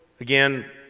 again